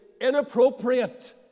inappropriate